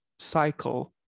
cycle